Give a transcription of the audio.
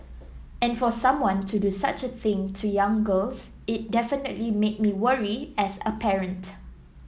and for someone to do such a thing to young girls it definitely made me worry as a parent